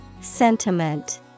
Sentiment